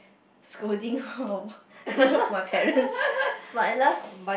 scolding lor you know from my parents but at last